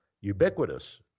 ubiquitous